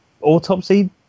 autopsy